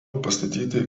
pastatyti